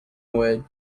wood